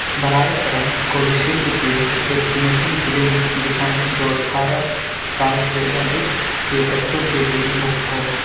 براہ کرم کوویشیلڈ کے ویکسینیسن کلینک دکھائیں جو اٹھارہ سال سے ادھک کے بچوں کے لیے مفت ہو